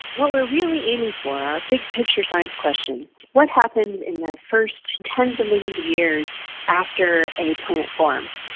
what we are really aiming for, our big-picture science question is what happens in the first tens of millions of years after a planet forms.